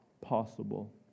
possible